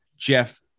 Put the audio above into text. Jeff